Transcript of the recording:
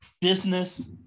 business